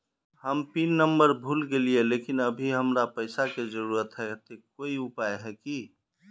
हम pin number भूल गेलिये लेकिन अभी हमरा पैसा के जरुरत है ते कोई उपाय है की?